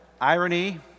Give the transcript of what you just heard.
irony